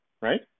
right